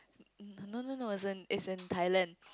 no no no it's in it's in Thailand